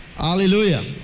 Hallelujah